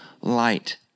light